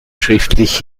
schriftlich